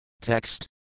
Text